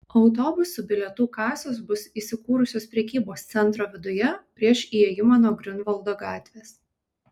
autobusų bilietų kasos bus įsikūrusios prekybos centro viduje prieš įėjimą nuo griunvaldo gatvės